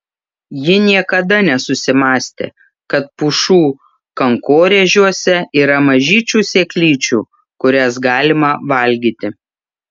ji niekada nesusimąstė kad pušų kankorėžiuose yra mažyčių sėklyčių kurias galima valgyti